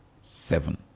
seven